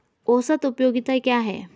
औसत उपयोगिता क्या है?